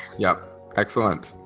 yeah excellent